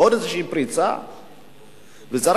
בעוד איזושהי פריצה.